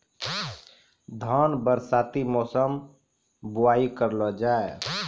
धान बरसाती मौसम बुवाई करलो जा?